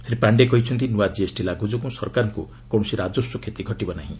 ଶ୍ରୀ ପାଶ୍ଡେ କହିଛନ୍ତି ନୂଆ ଜିଏସ୍ଟି ଲାଗୁ ଯୋଗୁଁ ସରକାରଙ୍କୁ କୌଣସି ରାଜସ୍ୱ କ୍ଷତି ଘଟିବ ନାହିଁ